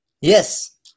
Yes